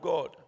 God